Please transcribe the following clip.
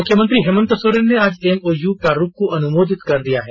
मुख्यमंत्री हेमंत सोरेन ने आज एमओय प्रारूप को अनुमोदित कर दिया है